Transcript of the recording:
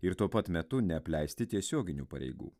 ir tuo pat metu neapleisti tiesioginių pareigų